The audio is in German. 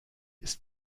ist